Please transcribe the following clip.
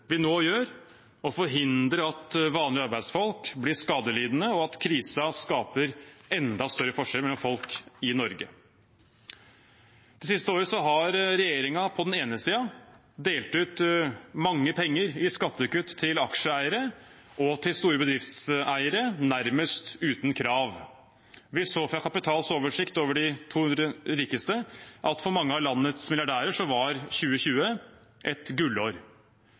vi nå gjør, å forhindre at vanlige arbeidsfolk blir skadelidende, og at krisen skaper enda større forskjeller mellom folk i Norge. Det siste året har regjeringen på den ene siden delt ut mange penger i skattekutt til aksjeeiere og til store bedriftseiere nærmest uten krav. Vi så fra Kapitals oversikt over de 200 rikeste at for mange av landets milliardærer var 2020 et gullår.